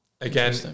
Again